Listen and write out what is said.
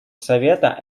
совета